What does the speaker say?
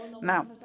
Now